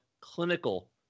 clinical